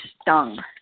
stung